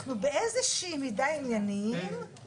כי אני מוסיפה עכשיו הסתייגות מס' 17